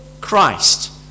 Christ